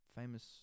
famous